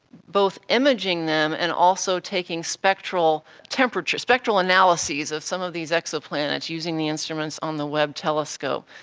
both imaging them and also taking spectral temperatures, spectral analyses of some of these exoplanets using the instruments on the webb telescope.